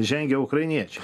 žengia ukrainiečiai